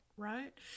right